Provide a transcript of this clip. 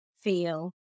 feel